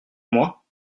moi